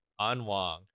Anwang